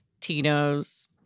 Tino's